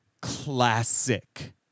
classic